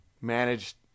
managed